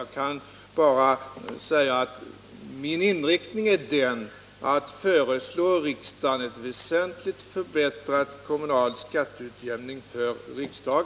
Jag kan bara säga att min inriktning är att föreslå riksdagen ett väsentligt förbättrat kommunalt skatteutjämningsbidrag.